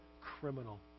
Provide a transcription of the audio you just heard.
criminal